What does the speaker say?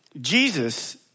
Jesus